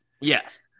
Yes